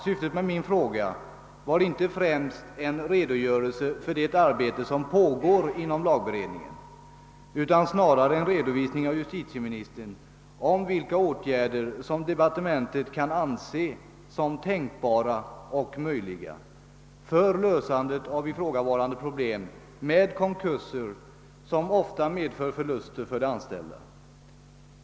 Syftet med min fråga var emellertid inte främst att få en redogörelse för det arbete som pågår inom lagberedningen, utan snarare att få en redovisning av justitieministern för vilka åtgärder som departementet kan anse som tänkbara och möjliga för lösande av ifrågavarande problem med konkurser, som ofta medför förluster för de anställda.